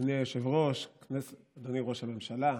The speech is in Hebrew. אדוני ראש הממשלה,